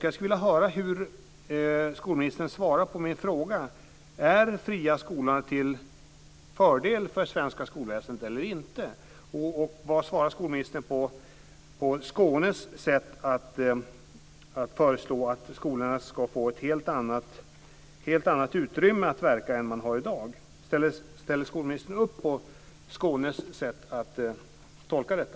Jag skulle vilja höra hur skolministern svarar på min fråga: Är de fria skolorna till fördel för det svenska skolväsendet eller inte? Hur bemöter skolministern Skånes sätt att föreslå att skolorna ska få ett helt annat utrymme för att verka än de har i dag? Ställer skolministern upp på Skånes sätt att tolka detta?